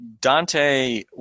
Dante